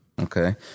Okay